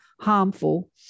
harmful